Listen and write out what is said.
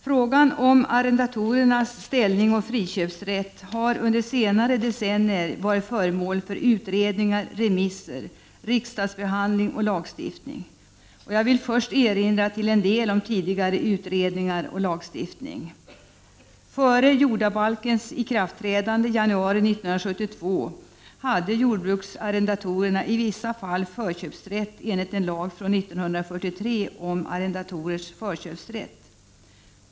Frågan om arrendatorernas ställning och friköpsrätt har under senare decennier varit föremål för utredningar, remisser, riksdagsbehandling och lagstiftning. Jag vill först erinra till en del om tidigare utredningar och lagstiftning. Före jordabalkens ikraftträdande i januari 1972 hade jordbruksarrendatorerna i vissa fall förköpsrätt enligt en lag från 1943 om arrendatorers förköpsrätt.